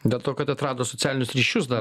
dėl to kad atrado socialinius ryšius dar